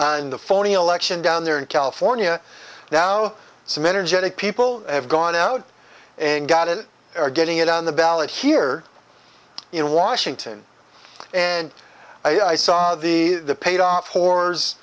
in the phony election down there in california now some energetic people have gone out and got it are getting it on the ballot here in washington and i saw the paid off